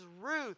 Ruth